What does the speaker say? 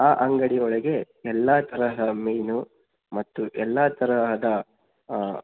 ಆ ಅಂಗಡಿ ಒಳಗೆ ಎಲ್ಲ ತರಹ ಮೀನು ಮತ್ತು ಎಲ್ಲ ತರಹದ